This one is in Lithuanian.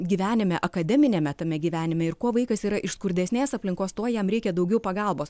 gyvenime akademiniame tame gyvenime ir kuo vaikas yra iš skurdesnės aplinkos tuo jam reikia daugiau pagalbos